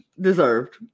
deserved